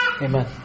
Amen